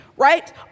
Right